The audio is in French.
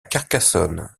carcassonne